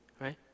right